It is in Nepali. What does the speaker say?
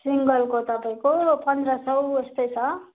सिङ्गलको तपाईँको पन्ध्र सय यस्तै छ